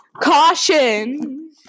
caution